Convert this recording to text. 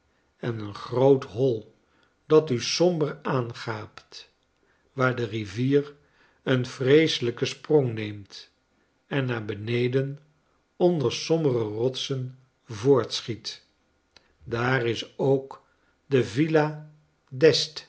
en een groot hoi dat u somber aangaapt waar de rivier een vreeselijken sprong neemt n naar beneden onder sombere rotsen voortschiet daar is ook de villa